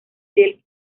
del